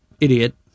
idiot